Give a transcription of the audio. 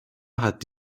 hat